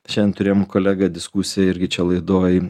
šiandien turėjom kolegą diskusija irgi čia laidoj